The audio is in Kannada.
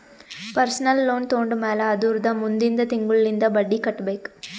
ಪರ್ಸನಲ್ ಲೋನ್ ತೊಂಡಮ್ಯಾಲ್ ಅದುರ್ದ ಮುಂದಿಂದ್ ತಿಂಗುಳ್ಲಿಂದ್ ಬಡ್ಡಿ ಕಟ್ಬೇಕ್